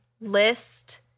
list